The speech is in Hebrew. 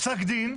פסק דין,